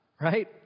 right